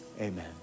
amen